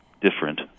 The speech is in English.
Different